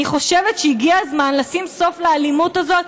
אני חושבת שהגיע הזמן לשים סוף לאלימות הזאת,